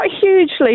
hugely